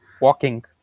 walking